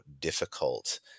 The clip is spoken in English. difficult